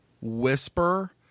whisper